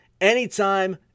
anytime